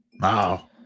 Wow